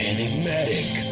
Enigmatic